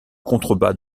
contrebas